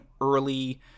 early